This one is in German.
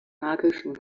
magischen